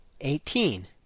eighteen